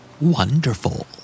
Wonderful